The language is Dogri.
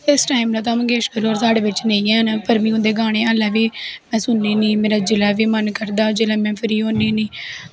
इस टाईम लता मंगैशकर होर साढ़े बिच्च नेंई हैन पर में उंदे गाने हालैं बी सुननी होनी मेरा जिसलै बी मन करदा जिसलै मैं फ्री होनी होनी